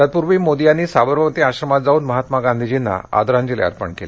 तत्पूर्वी मोदी यांनी साबरमती आश्रमात जाऊन महात्मा गांधींना आदरांजली अर्पण केली